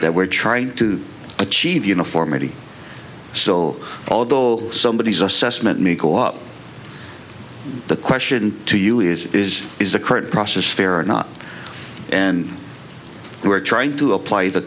that we're trying to achieve uniformity so although somebodies assessment may go up the question to you is is is the court process fair or not and we're trying to apply the